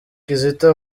kizito